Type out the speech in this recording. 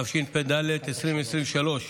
התשפ"ד 2023,